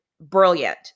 brilliant